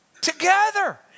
together